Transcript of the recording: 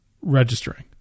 registering